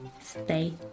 stay